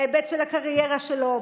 בהיבט של הקריירה שלו,